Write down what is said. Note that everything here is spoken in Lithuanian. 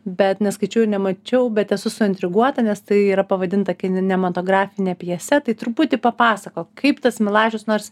bet neskaičiau ir nemačiau bet esu suintriguota nes tai yra pavadinta kinematografine pjese tai truputį papasakok kaip tas milašius nors